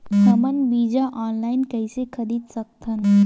हमन बीजा ऑनलाइन कइसे खरीद सकथन?